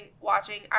watching